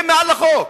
הם מעל לחוק.